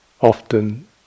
often